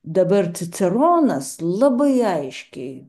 dabar ciceronas labai aiškiai